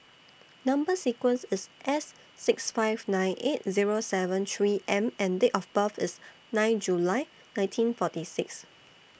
Number sequence IS S six five nine eight Zero seven three M and Date of birth IS nine July nineteen forty six